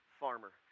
farmer